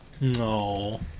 No